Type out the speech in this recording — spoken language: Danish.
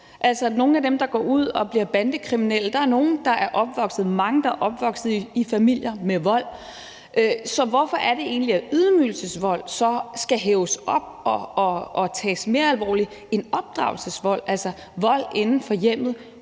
Blandt dem, der går ud og bliver bandekriminelle, er der mange, der er opvokset i familier med vold. Så hvorfor er det egentlig, at ydmygelsesvold skal hæves op og tages mere alvorligt end opdragelsesvold, altså vold inden for hjemmet